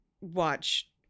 watch